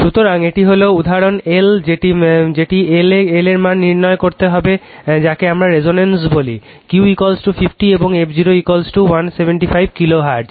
সুতরাং এটি হল উদাহরণ L যেটিকে L এর মান নির্ধারণ করতে হবে যাকে আমরা রেজোনেন্স বলি যদি Q50 এবং f0175 কিলো হার্টজ